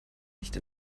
nicht